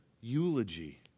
eulogy